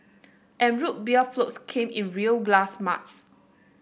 and Root Beer floats came in real glass mugs